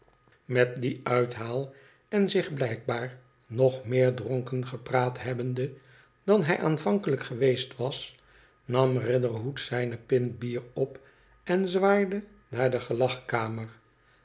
met dien uithaal en zich blijkbaar nog meer dronken gepraat hebbende dan hij aanvankelijk geweest was nam riderhood zijne pint bier op en zwaaide naar de